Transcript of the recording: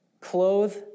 clothe